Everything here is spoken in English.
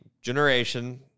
Generation